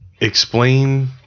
Explain